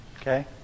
Okay